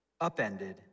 upended